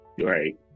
Right